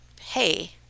hey